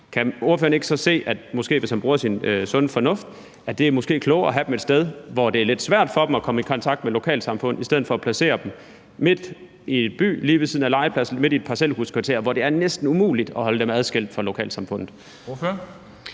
sin sunde fornuft, at det måske er klogere at have dem et sted, hvor det er lidt svært for dem at komme i kontakt med lokalsamfundet, i stedet for at placere dem midt i et parcelhuskvarter i en by lige ved siden af legepladsen, hvor det er næsten umuligt at holde dem adskilt fra de øvrige i lokalsamfundet?